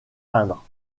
peindre